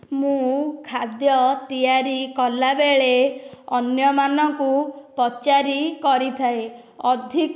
ମୁଁ ଖାଦ୍ୟ ତିଆରି କଲାବେଳେ ଅନ୍ୟମାନଙ୍କୁ ପଚାରି କରିଥାଏ ଅଧିକ